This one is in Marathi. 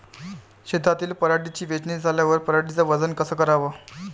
शेतातील पराटीची वेचनी झाल्यावर पराटीचं वजन कस कराव?